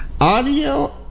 Audio